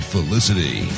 Felicity